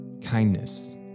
kindness